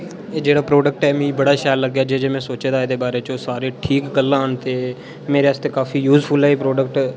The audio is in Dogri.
एह् जेह्ड़ा प्रोडक्ट ऐ मिकी बड़ा शैल लग्गेआ जे जे में सोचे दा हा एह्दे बारे च ओह् सारे ठीक गल्लां न ते मेरे आस्तै काफी यूस्फुल ऐ एह् प्रोडक्ट